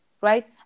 right